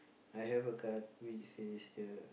I have a card which says here